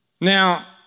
Now